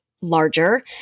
larger